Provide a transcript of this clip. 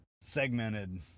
segmented